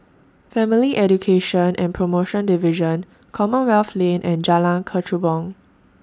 Family Education and promotion Division Commonwealth Lane and Jalan Kechubong